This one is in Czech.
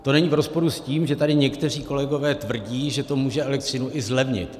To není v rozporu s tím, že tady někteří kolegové tvrdí, že to může elektřinu i zlevnit.